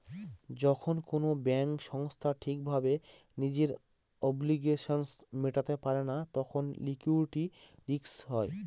যখন কোনো ব্যাঙ্ক সংস্থা ঠিক ভাবে নিজের অব্লিগেশনস মেটাতে পারে না তখন লিকুইডিটি রিস্ক হয়